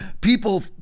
people